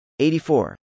84